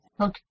Okay